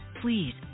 please